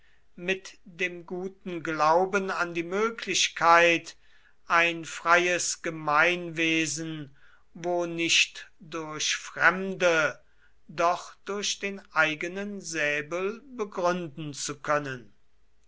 mit dem guten glauben an die möglichkeit ein freies gemeinwesen wo nicht durch fremde doch durch den eigenen säbel begründen zu können